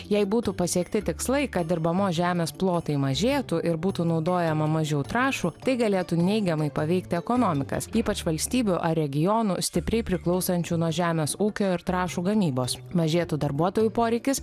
jei būtų pasiekti tikslai kad dirbamos žemės plotai mažėtų ir būtų naudojama mažiau trąšų tai galėtų neigiamai paveikti ekonomikas ypač valstybių ar regionų stipriai priklausančių nuo žemės ūkio ir trąšų gamybos mažėtų darbuotojų poreikis